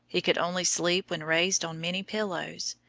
he could only sleep when raised on many pillows,